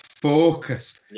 focused